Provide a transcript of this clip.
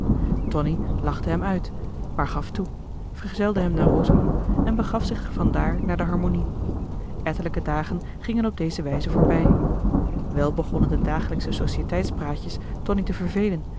tonie lachte hem uit maar gaf toe vergezelde hem naar rosorum en begaf zich van daar naar de harmonie ettelijke dagen gingen op deze wijze voorbij wel begonnen de dagelijksche societeits praatjes tonie te vervelen